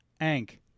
Ank